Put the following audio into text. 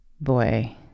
boy